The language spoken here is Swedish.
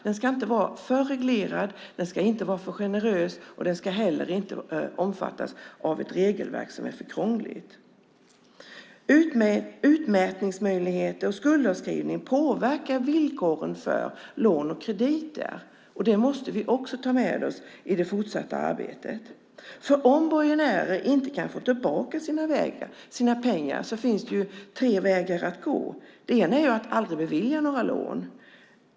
Den ska inte vara för reglerad, den ska inte vara för generös och den ska heller inte omfattas av ett regelverk som är för krångligt. Utmätningsmöjligheter och skuldavskrivning påverkar villkoren för lån och krediter, och det måste vi också ta med oss i det fortsatta arbetet. Om borgenärer inte kan få tillbaka sina pengar finns det tre vägar att gå. Den ena är att aldrig bevilja några lån.